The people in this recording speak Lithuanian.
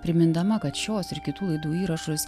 primindama kad šios ir kitų laidų įrašus